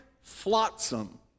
flotsam